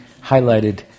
highlighted